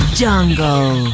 jungle